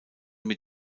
mit